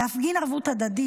להפגין ערבות הדדית,